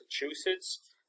massachusetts